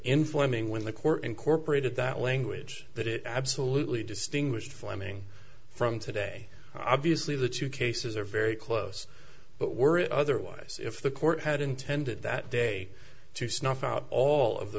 informing when the court incorporated that language that it absolutely distinguished flemming from today obviously the two cases are very close but were it otherwise if the court had intended that day to snuff out all of the